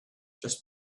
just